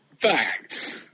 fact